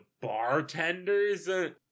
bartenders